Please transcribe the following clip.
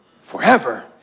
forever